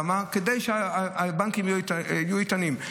כדי שהבנקים יהיו איתנים.